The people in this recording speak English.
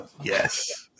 Yes